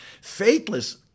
Faithless